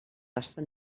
gasta